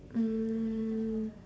mm